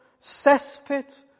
cesspit